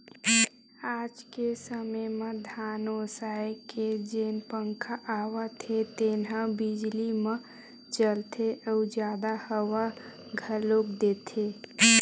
आज के समे म धान ओसाए के जेन पंखा आवत हे तेन ह बिजली म चलथे अउ जादा हवा घलोक देथे